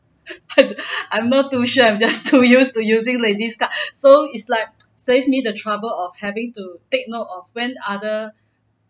I'm not too sure I'm just too used to using ladies card so it's like save me the trouble of having to take note of when other